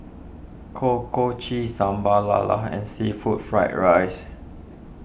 Kuih Kochi Sambal Lala and Seafood Fried Rice